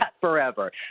forever